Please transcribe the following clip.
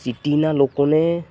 સિટિના લોકોને